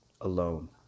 Alone